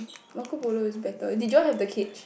Marco Polo is better did you all have the cage